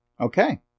Okay